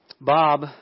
Bob